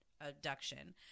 abduction